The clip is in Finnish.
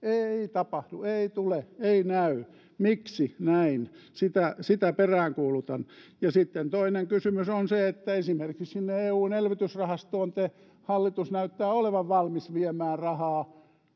tapahdu ei tule ei näy miksi näin sitä sitä peräänkuulutan sitten toinen kysymys on se että esimerkiksi sinne eun elvytysrahastoon hallitus näyttää olevan valmis viemään rahaa